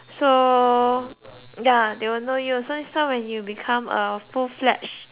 so ya they will know you so next time when you become a full fledged